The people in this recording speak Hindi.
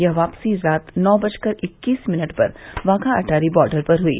यह वापसी रात नौ बजकर इक्कीस मिनट पर बाघा अटारी बार्डर पर हई